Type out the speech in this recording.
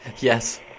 yes